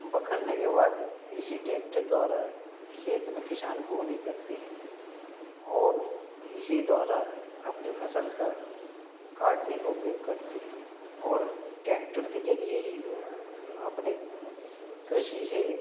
बखरने के बाद इसी टैक्टर द्वारा खेत में किसान बोनी करते हैं और इसी द्वारा अपनी फसल का काटने का उपयोग करते हैं और टेक्टर के ज़रिए ही वे अपने कृषि से